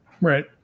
right